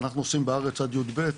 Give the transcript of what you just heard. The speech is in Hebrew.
בארץ אנחנו עושים עד י"ב,